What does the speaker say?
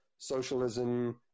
socialism